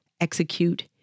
execute